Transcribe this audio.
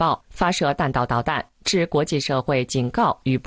about fashion i found out that you